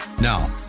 Now